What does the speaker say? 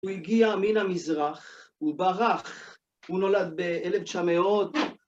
הוא הגיע מן המזרח, הוא ברח, הוא נולד ב-1900.